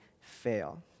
fail